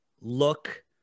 look